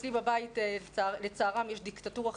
אצלי בבית לצערם יש דיקטטורה חינוכית,